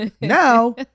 Now